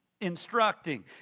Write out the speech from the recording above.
instructing